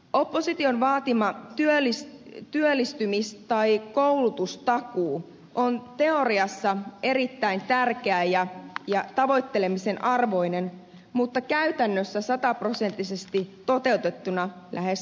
opposition vaatima työllistymis tai koulutustakuu on teoriassa erittäin tärkeä ja tavoittelemisen arvoinen mutta käytännössä sataprosenttisesti toteutettuna lähes mahdoton